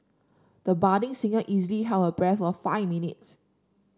the budding singer easily held her breath for five minutes